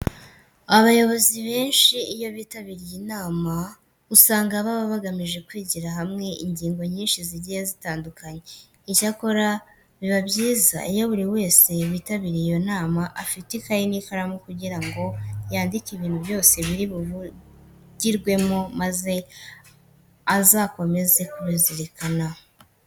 Abayobozi benshi iyo bitabiriye inama usanga baba bagamije kwigira hamwe ingingo nyinshi zigiye zitandukanye. Icyakora biba byiza iyo buri wese witabiriye iyo nama afite ikayi n'ikaramu kugira ngo yandike ibintu byose biri buvugirwemo maze azakomeze kubizirikana.